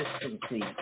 consistency